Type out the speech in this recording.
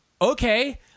Okay